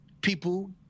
people